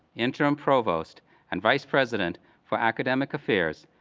interim provost and vice president for academic affairs,